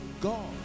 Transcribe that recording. God